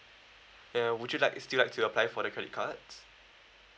ya would you like still like to apply for the credit cards